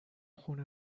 خونه